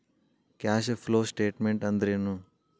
Cash flow statement ಅಂದ್ರೇನು?